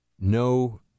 no